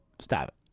stop